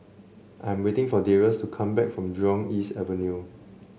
I'm waiting for Darius to come back from Jurong East Avenue